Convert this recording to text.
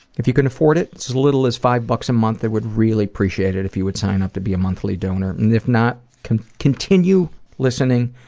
if you can afford it, just as little as five bucks a month, it would really appreciate it if you would sign up to be a monthly donor and if not, continue listening